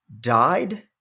died